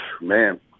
Man